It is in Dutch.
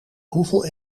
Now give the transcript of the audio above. hoeveel